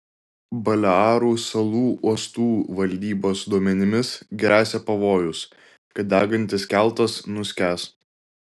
balearų salų uostų valdybos duomenimis gresia pavojus kad degantis keltas nuskęs